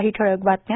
काही ठळक बातम्या